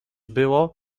było